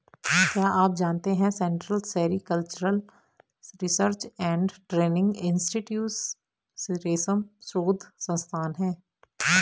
क्या आप जानते है central sericultural research and training institute रेशम शोध संस्थान है?